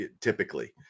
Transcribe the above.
Typically